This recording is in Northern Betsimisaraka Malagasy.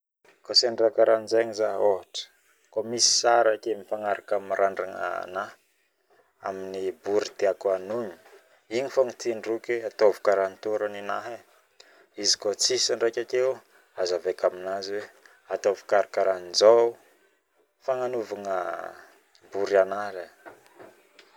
Koa sendra raha karahanjegny zaho ohotra koa misy sari ake mifagnaraka aminy randragna anah amony bory tiako anogny igny figna tidroky ataovy kato rao ninahy ai izy koa tsisy ndraiky ake azavaiky aminanjy atao karakaranjao fagnanovagna bory zaigny